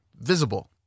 visible